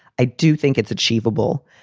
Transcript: i do think it's achievable.